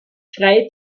frei